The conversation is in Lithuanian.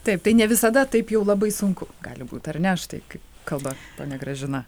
taip tai ne visada taip jau labai sunku gali būt ar ne štai kaip kalba ponia gražina